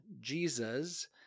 Jesus